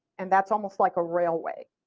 and that's almost like a railway.